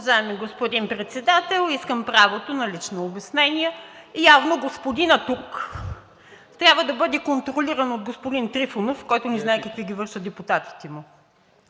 Уважаеми господин Председател, искам правото на лично обяснение! Явно господинът тук трябва да бъде контролиран от господин Трифонов, който не знае какви ги вършат депутатите му.